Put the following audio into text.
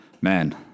Man